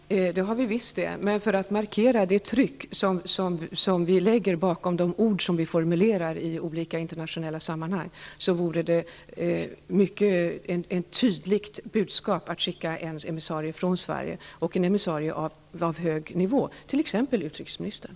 Herr talman! Det har vi visst det. Men för att markera det tryck som vi lägger bakom de ord som vi formulerar i olika internationella sammanhang vore det ett mycket tydligt budskap att skicka en emissarie från Sverige, en emissarie på hög nivå, t.ex. utrikesministern.